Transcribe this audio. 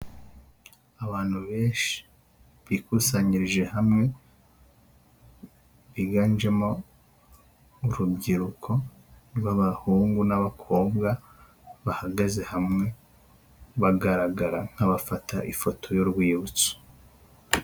Abantu benshi bikusanyirije hamwe biganjemo urubyiruko rw'abahungu n'abakobwa bahagaze hamwe bagaragara nk'abafata ifoto y'urwibutso.